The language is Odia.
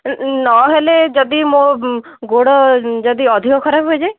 ନହେଲେ ଯଦି ମୋ ଗୋଡ଼ ଯଦି ଅଧିକ ଖରାପ ହେଇଯାଏ